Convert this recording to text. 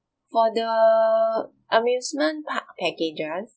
for the amusement park packages